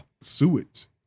Sewage